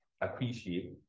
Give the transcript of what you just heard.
appreciate